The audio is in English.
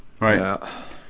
Right